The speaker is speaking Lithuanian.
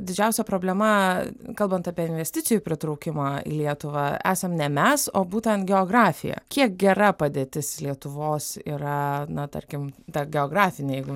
didžiausia problema kalbant apie investicijų pritraukimą į lietuvą esam ne mes o būtent geografija kiek gera padėtis lietuvos yra na tarkim ta geografinė jeigu